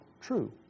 true